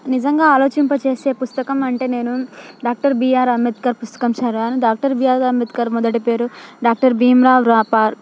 నిజంగా ఆలోచింపచేసే పుస్తకం అంటే నేను డాక్టర్ బిఆర్ అంబేద్కర్ పుస్తకం చదివాను డాక్టర్ బీఆర్ అంబేద్కర్ మొదటి పేరు డాక్టర్ భీమ్ రావ్ రాపార్